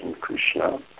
Krishna